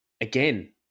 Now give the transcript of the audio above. again